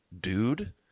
dude